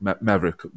Maverick